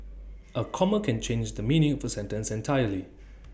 A comma can change the meaning of A sentence entirely